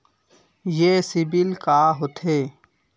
ये सीबिल का होथे?